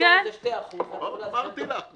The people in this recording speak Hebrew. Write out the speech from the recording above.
--- נטו זה 2% --- אמרתי לך.